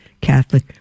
Catholic